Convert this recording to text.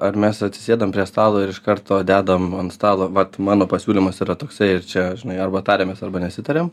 ar mes atsisėdam prie stalo ir iš karto dedam ant stalo vat mano pasiūlymas yra toksai ir čia žinai arba tariamės arba nesitariam